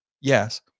Yes